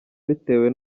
bitewe